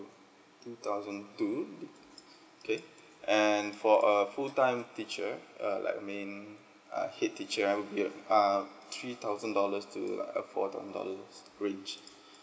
two thousand two okay and for a full time teacher uh like main uh head teacher right will be uh three thousand dollars to uh four thousand dollars range